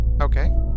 okay